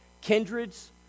kindreds